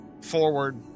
forward